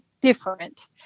different